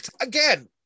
Again